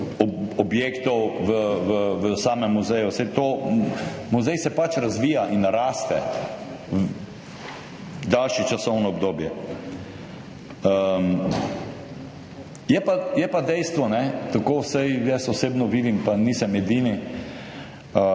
objektov v samem muzeju. Saj muzej se pač razvija in raste daljše časovno obdobje. Je pa dejstvo, tako vsaj jaz osebno vidim pa nisem edini